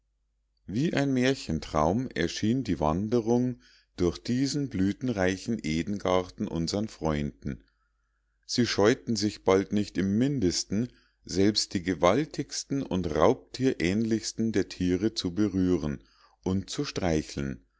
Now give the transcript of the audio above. wie ein märchentraum erschien die wanderung durch diesen blütenreichen edengarten unsern freunden sie scheuten sich bald nicht im mindesten selbst die gewaltigsten und raubtierähnlichsten der tiere zu berühren und zu streicheln